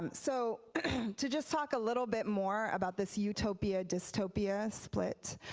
and so to just talk a little bit more about this utopia dystopia split,